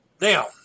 Now